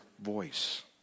voice